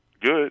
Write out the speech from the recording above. good